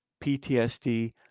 PTSD